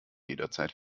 jederzeit